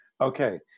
Okay